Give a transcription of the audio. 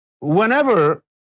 Whenever